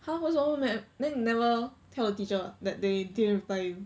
!huh! 为什么他们没有 then you never tell the teacher ah that they didn't reply you